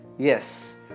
Yes